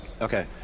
Okay